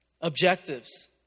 objectives